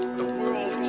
the world